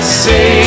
say